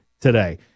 today